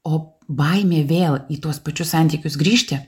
o baimė vėl į tuos pačius santykius grįžti